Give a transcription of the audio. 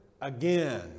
again